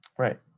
Right